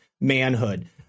manhood